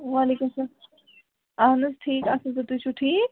وعلیکُم اَہن حظ ٹھیٖک اَصٕل پٲٹھۍ تُہۍ چھُو ٹھیٖک